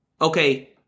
okay